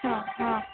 हां हां